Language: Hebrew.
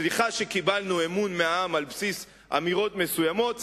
סליחה שקיבלנו אמון מהעם על בסיס אמירות מסוימות.